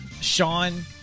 Sean